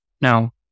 Now